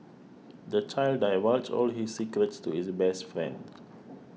the child divulged all his secrets to his best friend